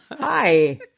Hi